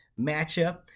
matchup